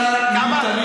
כמה?